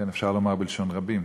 כן, אפשר לומר בלשון רבים: